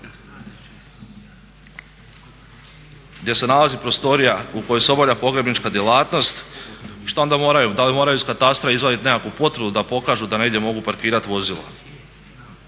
gdje se nalazi prostorija u kojoj se obavlja pogrebnička djelatnost, šta onda moraju, da li moraju iz katastra izvaditi nekakvu potvrdu da pokažu da negdje mogu parkirati vozilo?